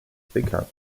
bekannt